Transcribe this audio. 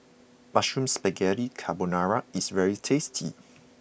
Mushroom Spaghetti Carbonara is very tasty